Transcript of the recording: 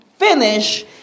Finish